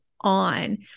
on